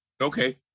Okay